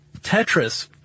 Tetris